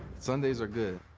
sundays are good.